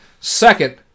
Second